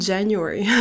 January